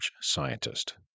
scientist